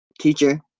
teacher